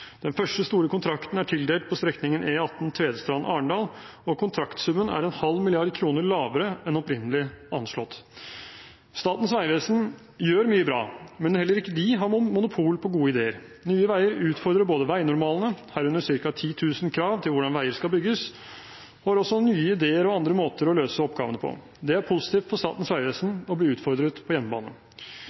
Den første store kontrakten er tildelt på strekningen E18 Tvedestrand–Arendal, og kontraktsummen er en halv milliard kroner lavere enn opprinnelig anslått. Statens vegvesen gjør mye bra, men heller ikke de har monopol på gode ideer. Nye Veier utfordrer veinormalene, herunder ca. 10 000 krav til hvordan veier skal bygges, og har også nye ideer og andre måter å løse oppgavene på. Det er positivt for Statens vegvesen å bli utfordret på